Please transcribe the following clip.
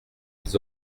mis